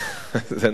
זה נכון,